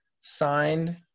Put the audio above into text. signed